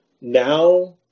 now